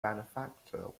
benefactor